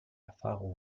erfahrung